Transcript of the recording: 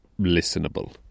listenable